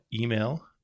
email